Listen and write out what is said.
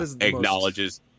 acknowledges